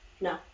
No